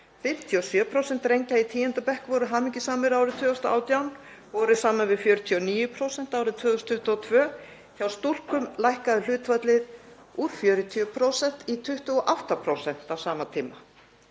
57% drengja í 10. bekk voru hamingjusöm árið 2018 borið saman við 49% árið 2022. Hjá stúlkum lækkaði hlutfallið úr 40% í 28% á sama tíma.